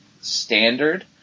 standard